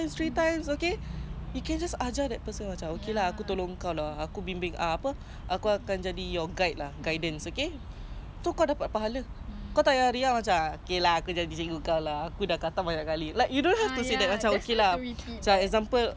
like for example I haven't khatam you already khatam then I'm like I really want to khatam because I want to be closer to god I want to really understand it I want to finish it I want tears of um like tears of joy you know at least